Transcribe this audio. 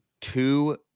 two